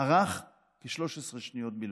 ארך כ-13 שניות בלבד,